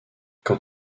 quand